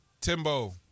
Timbo